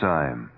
Time